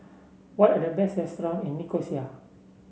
what are the best restaurants in Nicosia